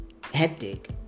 hectic